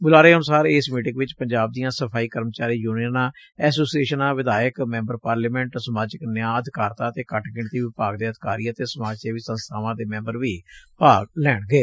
ਬੁਲਾਰੇ ਅਨੁਸਾਰ ਇਸ ਮੀਟਿੰਗ ਵਿੱਚ ਪੰਜਾਬ ਦੀਆਂ ਸਫ਼ਾਈ ਕਰਮਚਾਰੀ ਯੁਨੀਅਨਾਂਐਸੋਸੀਏਸ਼ਨਾਂ ਵਿਧਾਇਕ ਮੈਂਬਰ ਪਾਰਲੀਮੈਂਟ ਸਮਾਜਿਕ ਨਿਆਂ ਅਧਿਕਾਰਤਾ ਅਤੇ ਘੱਟ ਗਿਣਤੀ ਵਿਭਾਗ ਦੇ ਅਧਿਕਾਰੀ ਅਤੇ ਸਮਾਜ ਸੇਵੀ ਸੰਸਬਾਵਾਂ ਦੇ ਮੈਂਬਰ ਵੀ ਭਾਗ ਲੈਣਗੇ